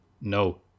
No